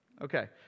Okay